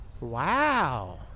wow